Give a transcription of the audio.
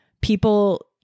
People